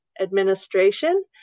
administration